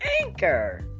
anchor